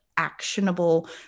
actionable